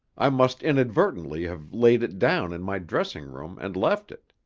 i must inadvertently have laid it down in my dressing-room and left it.